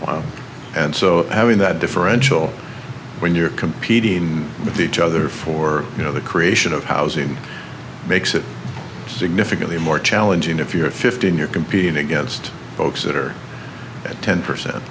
affordable and so having that differential when you're competing with each other for you know the creation of housing makes it significantly more challenging if you're fifteen you're competing against folks that are at ten percent